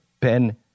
pen